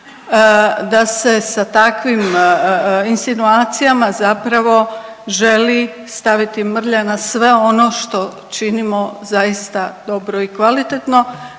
da se sa takvim insinuacijama zapravo želi staviti mrlja na sve ono što činimo zaista dobro i kvalitetno